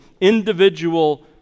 individual